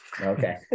okay